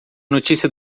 notícia